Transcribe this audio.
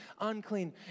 unclean